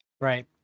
Right